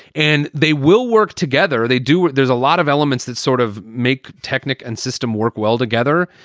and they will work together. they do it. there's a lot of elements that sort of make technik and system work well together.